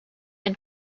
and